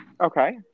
Okay